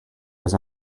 was